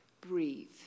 Breathe